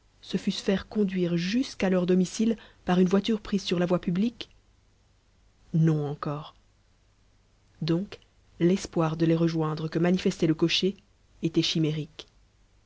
se fussent fait conduire jusqu'à leur domicile par une voiture prise sur la voie publique non encore donc l'espoir de les rejoindre que manifestait le cocher était chimérique